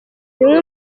bimwe